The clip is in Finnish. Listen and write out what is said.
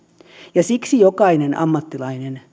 ja siksi jokainen ammattilainen